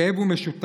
הכאב הוא משותף,